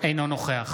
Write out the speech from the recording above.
אינו נוכח